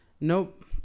nope